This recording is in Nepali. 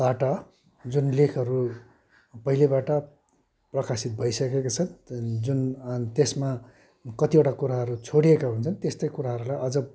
बाट जुन लेखहरू पहिलेबाट प्रकाशित भइसकेको छ त्यहाँदेखि जुन त्यसमा कतिवटा कुराहरू छोडिएका हुन्छन् त्यस्तै कुराहरूलाई अझ